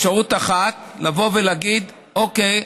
אפשרות אחת היא לבוא ולהגיד: אוקיי,